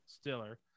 stiller